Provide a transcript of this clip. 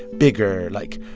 bigger, like,